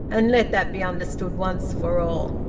and let that be understood once for all!